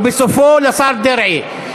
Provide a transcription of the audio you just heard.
ובסופו לשר דרעי.